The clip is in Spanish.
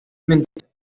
mentales